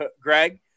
Greg